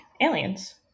aliens